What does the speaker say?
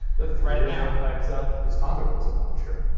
the three-year-old pipes up, his father was a watcher